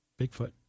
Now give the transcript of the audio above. Bigfoot